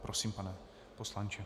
Prosím, pane poslanče.